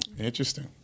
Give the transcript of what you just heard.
Interesting